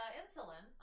insulin